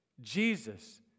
Jesus